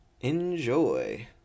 enjoy